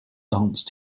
dance